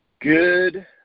Good